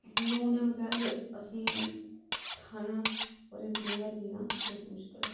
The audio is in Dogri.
लूनै बगैर असेंगी खाना होर इस दुनिया च जीना बड़ा मुश्कल ऐ